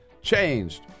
changed